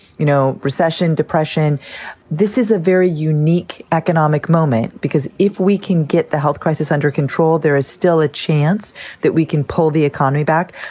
you know, recession, depression this is a very unique economic moment, because if we can get the health crisis under control, there is still a chance that we can pull the economy back.